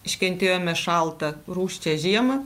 iškentėjome šaltą rūsčią žiemą